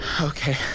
Okay